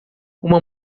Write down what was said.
uma